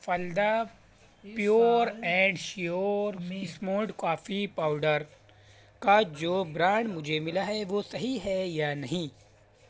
فلدا pure and sure smooth coffee powder کا جو brand مجھے ملا ہے وہ صحیح ہے یا نہیں